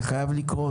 זה חייב לקרות,